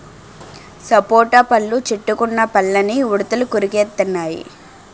సపోటా పళ్ళు చెట్టుకున్న పళ్ళని ఉడతలు కొరికెత్తెన్నయి